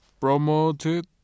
promoted